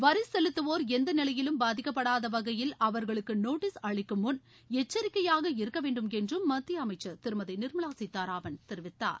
வரி செலுத்துவோர் எந்த நிலையிலும் பாதிக்கப்படாத வகையில் அவர்களுக்கு நோட்டீஸ் அளிக்கும் முள் எச்சரிக்கையாக இருக்க வேண்டும் என்றும் மத்திய அமைக்சர் திருமதி நிர்மலா சீத்தாராமன் தெரிவித்தார்